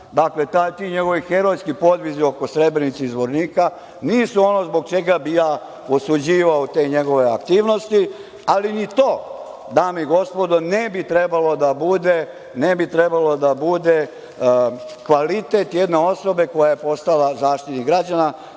Dakle, ti njegovi herojski podvizi oko Srebrenice i Zvornika nisu ono zbog čega bih ja osuđivao te njegove aktivnosti, ali ni to, dame i gospodo, ne bi trebalo da bude kvalitet jedne osobe koja je postala Zaštitnik građana.